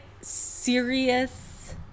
serious